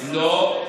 לא.